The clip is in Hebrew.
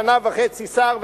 שנה וחצי שר,